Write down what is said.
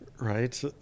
right